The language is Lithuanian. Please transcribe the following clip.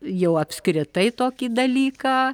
jau apskritai tokį dalyką